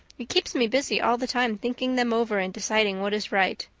it keeps me busy all the time thinking them over and deciding what is right.